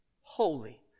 Holy